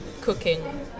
cooking